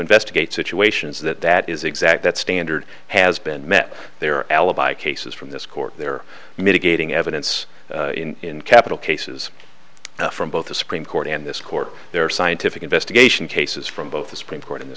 investigate situations that that is exact that standard has been met there alibi cases from this court there are mitigating evidence in capital cases from both the supreme court and this court there are scientific investigation cases from both the supreme court in th